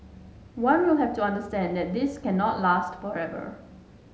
one will have to understand that this cannot last forever